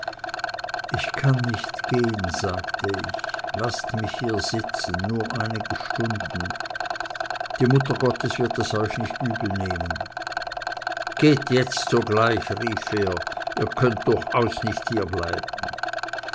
ich kann nicht gehen sagte ich laßt mich hier sitzen nur einige stunden die mutter gottes wird es euch nicht übelnehmen geht jetzt sogleich rief er ihr könnet durchaus nicht